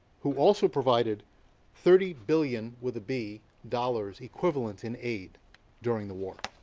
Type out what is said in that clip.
who also provided thirty billion, with a b, dollars, equivalent in aid during the war.